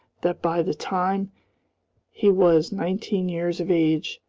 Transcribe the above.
that, by the time he was nineteen years of age,